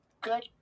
good